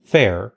fair